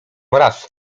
raz